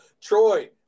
Troy